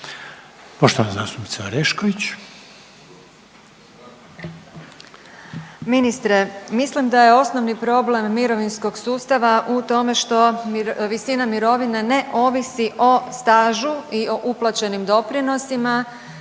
Poštovana zastupnica Orešković.